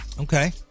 Okay